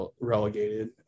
relegated